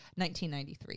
1993